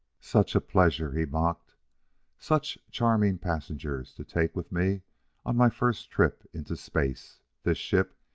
such a pleasure! he mocked such charming passengers to take with me on my first trip into space this ship,